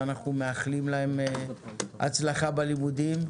ואנחנו מאחלים להם הצלחה בלימודים.